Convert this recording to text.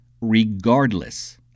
regardless